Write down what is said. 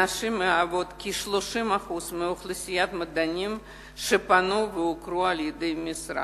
הנשים מהוות כ-30% מאוכלוסיית המדענים שפנו והוכרו על-ידי המשרד.